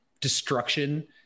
destruction